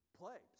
play